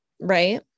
Right